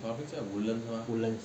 woodlands